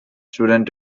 student